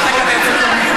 תן את חצי הדקה.